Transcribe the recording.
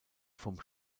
vom